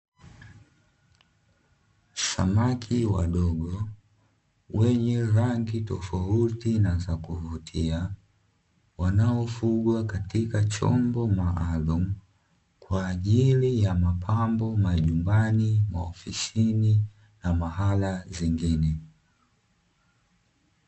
Samaki wadogo wenye rangi tofauti na za kuvutia wanaofugwa katika chombo maalumu kwa ajili ya mapambo majumbani, maofisini na mahala zingine.